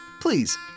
Please